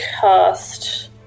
cast